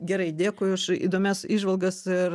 gerai dėkui už įdomias įžvalgas ir